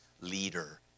leader